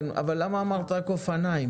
כן, אבל למה אמרת רק אופניים?